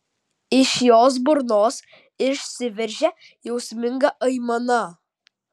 iš jos burnos išsiveržė jausminga aimana